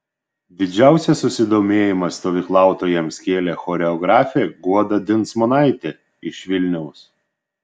didžiausią susidomėjimą stovyklautojams kėlė choreografė guoda dinsmonaitė iš vilniaus